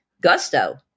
gusto